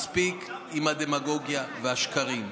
מספיק עם הדמגוגיה והשקרים.